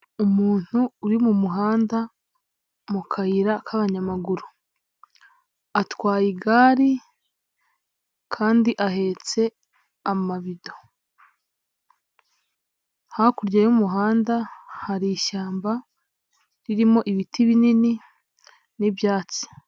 Umuntu uri mu muhanda mu kayira k'abanyamaguru, atwaye igare kandi ahetse amabido, hakurya y'umuhanda hari ishyamba ririmo ibiti binini n'ibyatsi.